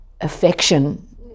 affection